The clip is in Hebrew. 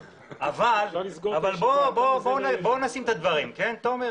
יש לשים את הדברים על השולחן, תומר.